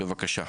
בבקשה.